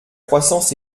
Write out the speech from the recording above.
croissance